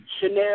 Chanel